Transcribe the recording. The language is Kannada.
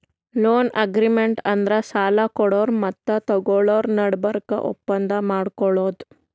ಲೋನ್ ಅಗ್ರಿಮೆಂಟ್ ಅಂದ್ರ ಸಾಲ ಕೊಡೋರು ಮತ್ತ್ ತಗೋಳೋರ್ ನಡಬರ್ಕ್ ಒಪ್ಪಂದ್ ಮಾಡ್ಕೊಳದು